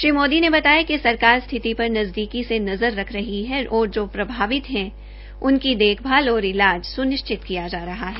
श्री मोदी ने बताया कि सरकार स्थिति पर नजदीक से नजर रख रही है और जो प्रभावित हैं उनकी देखाभाल और इलाज से सुनिश्चित किया जा रही है